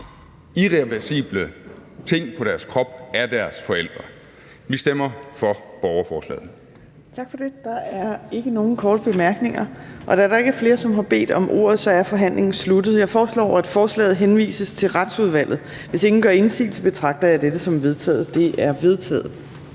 irreversible ting på deres krop af deres forældre. Vi stemmer for borgerforslaget.